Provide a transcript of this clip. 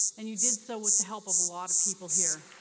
and you did so with the help of a lot of people here.